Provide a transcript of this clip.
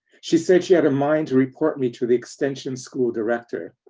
she said she had a mind report me to the extension school director.